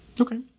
Okay